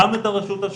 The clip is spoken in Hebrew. גם את הרשות השופטת.